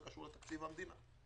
זה קשור לתקציב המדינה.